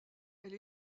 elle